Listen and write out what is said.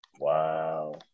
Wow